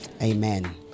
Amen